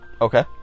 Okay